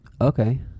Okay